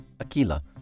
Aquila